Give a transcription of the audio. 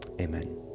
Amen